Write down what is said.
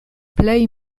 plej